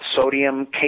sodium